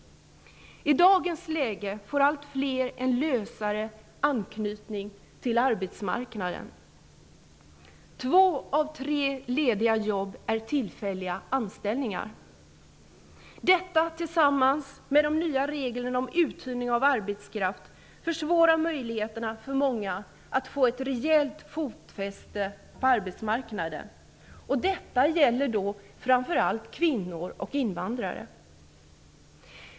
I dagens läge får allt fler en lösare anknytning till arbetsmarknaden. Två av tre lediga jobb är tillfälliga anställningar. Detta tillsammans med de nya reglerna om uthyrning av arbetskraft försvårar möjligheterna för många att få ett rejält fotfäste på arbetsmarknaden. Detta gäller framför allt kvinnor och invandrare.